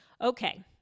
Okay